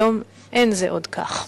היום אין זה עוד כך.